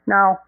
Now